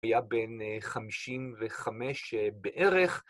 היה בין חמישים וחמש בערך.